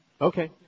Okay